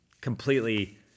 completely